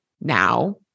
now